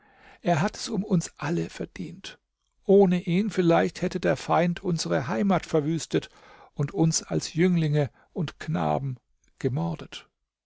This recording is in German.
er hat es um uns alle verdient ohne ihn vielleicht hätte der feind unsere heimat verwüstet und uns als jünglinge und knaben gemordet